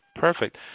perfect